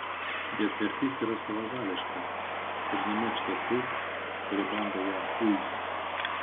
bet mirtis yra savavališka ir nemėgsta tų kurie bando ją uiti